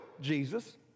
Jesus